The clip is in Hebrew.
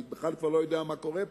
אני בכלל כבר לא יודע מה קורה פה.